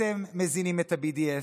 אתם מזינים את ה-BDS,